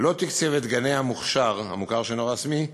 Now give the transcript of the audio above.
לא תקצב את גני המוכש"ר, המוכר שאינו רשמי,